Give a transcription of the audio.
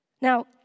Now